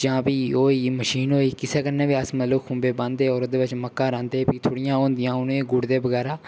जां फ्ही ओह् होई गेई मशीन होई किसै कन्नै बी अस मतलब खुंबे बांह्दे होर ओह्दे बिच्च मक्का रांह्दे फ्ही थोह्ड़ियां होंदियां उ'नेंगी गुडदे बगैरा